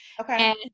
Okay